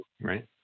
Right